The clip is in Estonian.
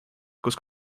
kus